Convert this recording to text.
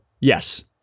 yes